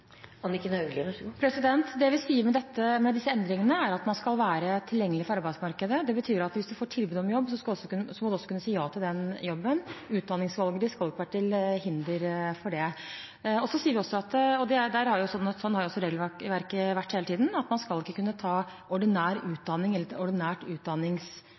Det vi sier med disse endringene, er at man skal være tilgjengelig for arbeidsmarkedet. Det betyr at hvis man får tilbud om jobb, skal man også kunne si ja til den jobben. Utdanningsvalget man tar, skal ikke være til hinder for det. Vi sier også, og slik har regelverket vært hele tiden, at man skal ikke kunne ta ordinær utdanning eller et ordinært utdanningsløp. Ja, vi mener det er viktig å hjelpe dem som nå trenger å kompetanseheve seg til nye jobber, men vi ønsker ikke